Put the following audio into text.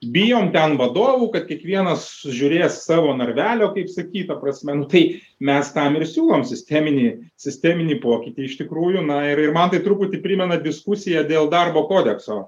bijom ten vadovų kad kiekvienas sužiūrės savo narvelio kaip sakyt ta prasme nu tai mes tam ir siūlom sisteminį sisteminį pokytį iš tikrųjų na ir ir man tai truputį primena diskusiją dėl darbo kodekso